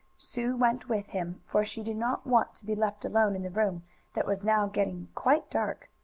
sue went with him, for she did not want to be left alone in the room that was now getting quite dark.